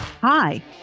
Hi